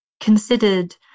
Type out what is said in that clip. considered